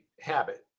habit